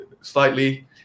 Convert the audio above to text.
slightly